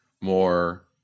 more